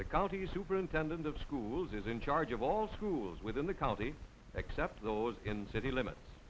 county superintendent of schools is in charge of all schools within the county except those in the city limits